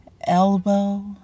elbow